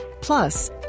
Plus